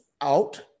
out